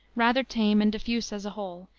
rather tame and diffuse as a whole,